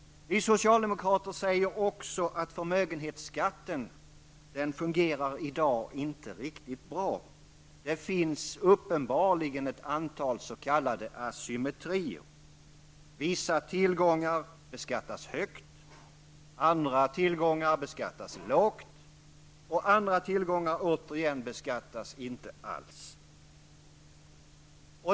Vi socialdemokrater säger också att förmögenhetsskatten i dag inte fungerar riktigt bra. Det finns uppenbarligen ett antal s.k. asymmetrier. Vissa tillgångar beskattas högt, andra tillgångar beskattas lågt, och återigen andra tillgångar beskattas inte alls.